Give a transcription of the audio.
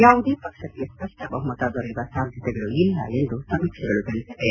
ಯಾವುದೇ ಪಕ್ಷಕ್ಕೆ ಸ್ಪಷ್ಟ ಬಹುಮತ ದೊರೆಯುವ ಸಾಧ್ಯತೆಗಳು ಇಲ್ಲ ಎಂದು ಸಮೀಕ್ಷೆಗಳು ತಿಳಿಸಿವೆ